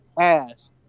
ass